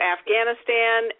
Afghanistan